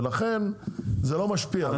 ולכן זה לא ישפיע,